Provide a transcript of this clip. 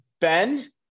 ben